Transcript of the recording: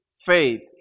Faith